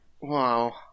Wow